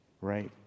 right